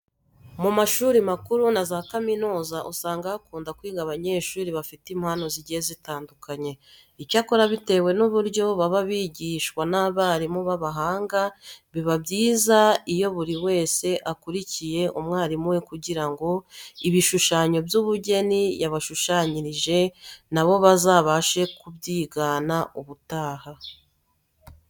Mu mashuri makuru na za kaminuza usanga hakunda kwiga abanyeshuri bafite impano zigiye zitandukanye. Icyakora bitewe n'uburyo baba bigishwa n'abarimu b'abahanga, biba byiza iyo buri wese akurikiye umwarimu we kugira ngo ibishushanyo by'ubugeni yabashushanyirije na bo bazabashe kubyigana ubutaha.